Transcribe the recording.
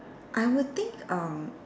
I would think erm